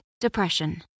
depression